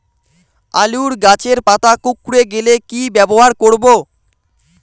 আলুর গাছের পাতা কুকরে গেলে কি ব্যবহার করব?